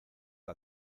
que